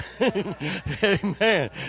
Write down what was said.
Amen